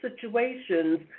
situations